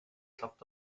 klappt